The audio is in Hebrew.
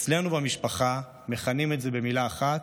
אצלנו במשפחה מכנים את זה במילה אחת: